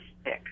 stick